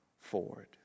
forward